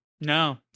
No